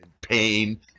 pain